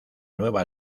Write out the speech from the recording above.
nueva